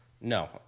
No